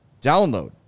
download